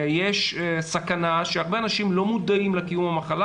יש סכנה שהרבה אנשים לא מודעים לקיום המחלה